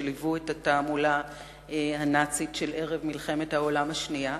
שליוו את התעמולה הנאצית של ערב מלחמת העולם השנייה.